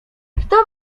kto